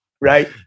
Right